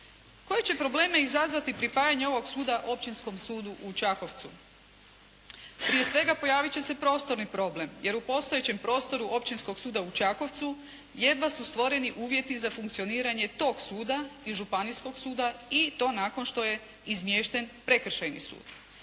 Koje će probleme izazvati pripajanje ovog suda Općinskom sudu u Čakovcu? Prije svega pojavit će se prostorni problem, jer u postojećem prostoru Općinskog suda u Čakovcu jedva su stvoreni uvjeti za funkcioniranje tog suda i Županijskog suda i to nakon što je izmješten Prekršajni sud.